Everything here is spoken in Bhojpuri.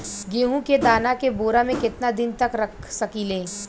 गेहूं के दाना के बोरा में केतना दिन तक रख सकिले?